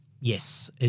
Yes